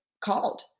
called